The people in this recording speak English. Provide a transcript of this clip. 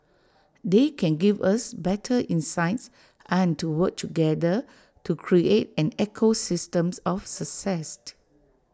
they can give us better insights and to work together to create an ecosystems of success